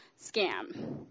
scam